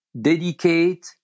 dedicate